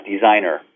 designer